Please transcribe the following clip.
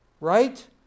right